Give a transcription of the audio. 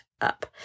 up